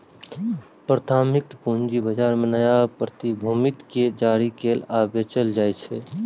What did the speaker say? प्राथमिक पूंजी बाजार मे नया प्रतिभूति कें जारी कैल आ बेचल जाइ छै